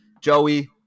Joey